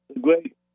great